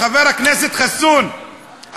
חבר הכנסת חסון,